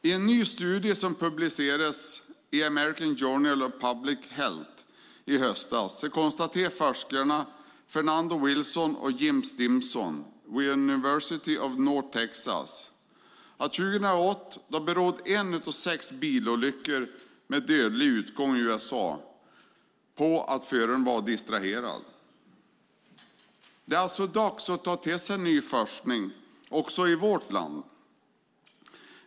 I en ny studie som publicerads i American Journal of Public Health i höstas konstaterar forskarna Fernando Wilson och Jim Stimpson vid University of North Texas att år 2008 berodde en av sex bilolyckor med dödlig utgång i USA på att föraren var distraherad. Det är alltså dags att ta till sig av ny forskning också i vårt land.